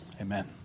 Amen